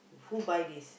who buy this